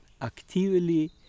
actively